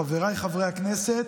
חבריי חברי הכנסת,